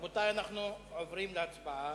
רבותי, אנו עוברים להצבעה,